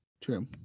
true